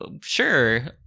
sure